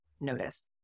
noticed